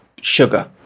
Sugar